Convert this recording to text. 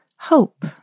Hope